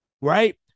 Right